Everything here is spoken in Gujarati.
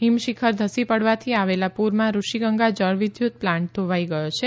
હિમશિખર ધસી પડવાથી આવેલા પૂરમાં ઋષિગંગા જળવિદ્યુત પ્લાન્ટ ધોવાઇ ગયો છે